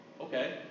Okay